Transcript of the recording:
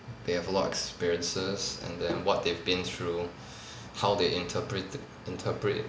they have a lot experiences and then what they've been through how they interpret it interpret